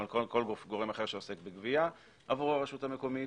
כל גורם אחר שעוסק בגבייה עבור הרשות המקומית